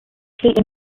greatly